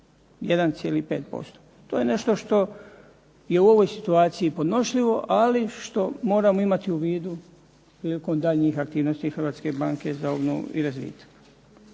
1,5%. To je nešto što je u ovoj situaciji podnošljivo, ali što moramo imati u vidu prilikom daljnjih aktivnosti Hrvatske banke za obnovu i razvitak.